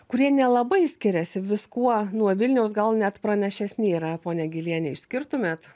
kurie nelabai skiriasi viskuo nuo vilniaus gal net pranašesni yra ponia giliene išskirtumėt